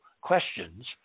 questions